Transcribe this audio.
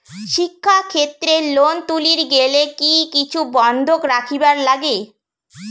শিক্ষাক্ষেত্রে লোন তুলির গেলে কি কিছু বন্ধক রাখিবার লাগে?